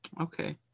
Okay